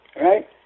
right